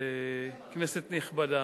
כנסת נכבדה,